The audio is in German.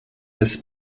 als